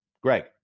Greg